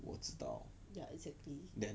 我知道 then